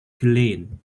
villain